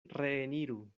reeniru